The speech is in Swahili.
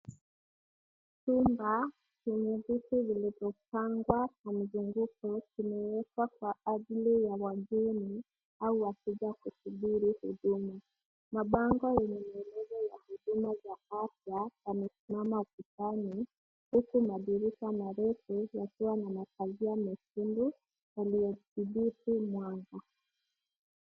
Chumba chenye viti vilivyopangwa kwa mzunguko kimeekwa kwa ajili ya wageni au wateja kusubiri huduma. Mabango yenye maelezo ya huduma za afya yamesimama kutani huku madirisha marefu yakiwa na mapazia mekundu yaliyodhibiti mwanga.